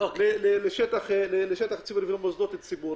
לשטח ציבור ולמוסדות ציבור.